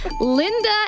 Linda